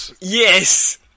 Yes